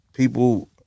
people